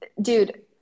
Dude